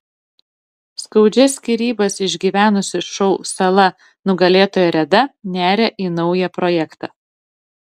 skaudžias skyrybas išgyvenusi šou sala nugalėtoja reda neria į naują projektą